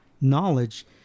knowledge